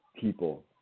people